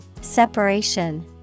Separation